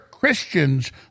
Christians